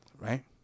Right